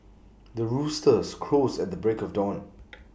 the roosters crows at the break of dawn